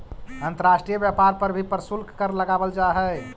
अंतर्राष्ट्रीय व्यापार पर भी प्रशुल्क कर लगावल जा हई